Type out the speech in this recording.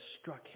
struck